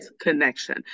connection